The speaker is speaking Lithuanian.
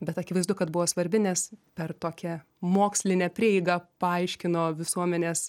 bet akivaizdu kad buvo svarbi nes per tokią mokslinę prieigą paaiškino visuomenės